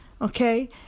Okay